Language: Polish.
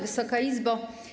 Wysoka Izbo!